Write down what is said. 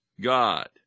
God